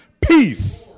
peace